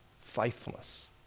faithfulness